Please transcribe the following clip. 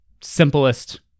simplest